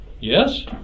Yes